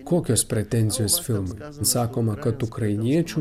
kokios pretenzijos filmui sakoma kad ukrainiečių